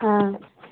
ꯑꯥ